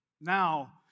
now